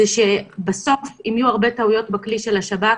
זה שבסוף אם יהיו הרבה טעויות בכלי של השב"כ,